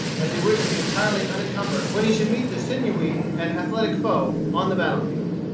as he wished to be entirely unencumbered when he should meet the sinewy and athletic foe on the battle-field.